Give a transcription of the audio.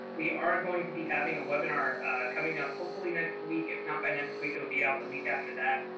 we are going to be having a webinar coming up, hopefully next week, if not by next week. it'll be out the week after that,